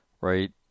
right